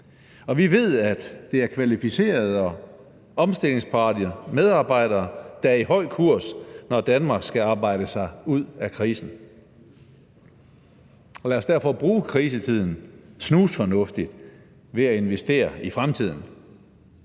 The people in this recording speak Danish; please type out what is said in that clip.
Og vi ved, at det er kvalificerede og omstillingsparate medarbejdere, der er i høj kurs, når Danmark skal arbejde sig ud af krisen. Lad os derfor bruge krisetiden snusfornuftigt ved at investere i fremtiden.